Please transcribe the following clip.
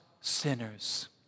sinners